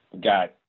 got